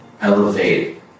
elevate